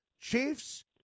Chiefs